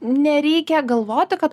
nereikia galvoti kad